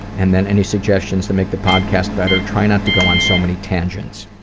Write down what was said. and then, any suggestions to make the podcast better? try not to go on so many tangents.